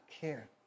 care